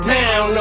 down